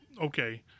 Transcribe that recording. Okay